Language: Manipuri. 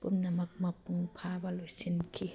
ꯄꯨꯝꯅꯃꯛ ꯃꯄꯨꯡ ꯐꯥꯕ ꯂꯣꯏꯁꯤꯟꯈꯤ